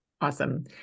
Awesome